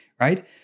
right